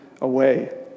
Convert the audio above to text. away